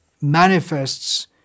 manifests